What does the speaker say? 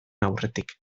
aurretik